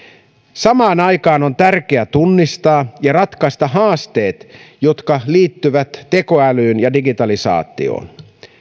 samaan aikaan on tärkeä tunnistaa ja ratkaista haasteet jotka liittyvät tekoälyyn ja digitalisaatioon